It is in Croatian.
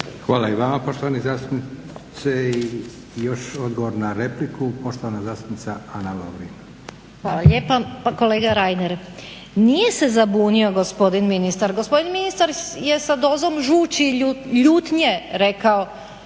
Hvala i vama poštovani zastupniče. I još odgovor na repliku poštovana zastupnica Ana Lovrin. **Lovrin, Ana (HDZ)** Hvala lijepa. Pa kolega Reiner, nije se zabunio gospodin ministar. Gospodin ministar je sa dozom žući i ljutnje rekao